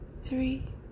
three